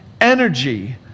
energy